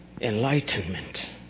enlightenment